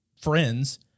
friends